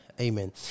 Amen